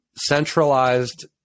centralized